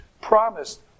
promised